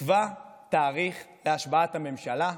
תקבע תאריך להשבעת הממשלה.